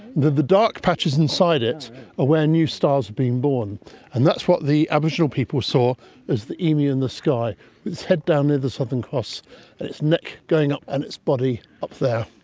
the the dark patches inside it are where new stars are being born and that's what the aboriginal people saw as the emu in the sky, with its head down near the southern cross and its neck going up and its body up there.